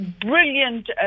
brilliant